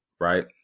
right